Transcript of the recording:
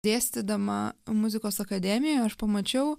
dėstydama muzikos akademijoj aš pamačiau